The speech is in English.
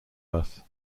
earth